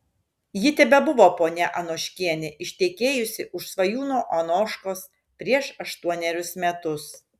ji tebebuvo ponia anoškienė ištekėjusi už svajūno anoškos prieš aštuonerius metus